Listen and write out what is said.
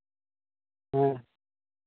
ᱦᱮᱸ